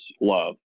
love